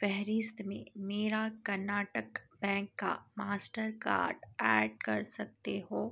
فہرست میں میرا کرناٹک بینک کا ماسٹر کارڈ ایڈ کر سکتے ہو